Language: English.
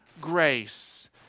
grace